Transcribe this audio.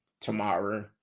tomorrow